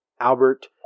Albert